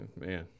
man